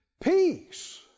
Peace